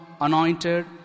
anointed